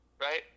right